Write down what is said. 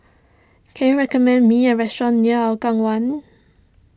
can you recommend me a restaurant near Hougang one